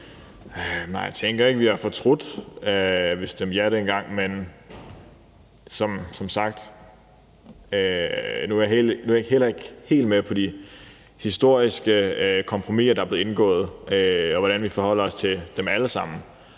jeg tænker ikke, at vi har fortrudt, at vi stemte ja dengang. Nu er jeg heller ikke helt med på de historiske kompromiser, der er blevet indgået, og hvordan vi forholder os til dem alle sammen,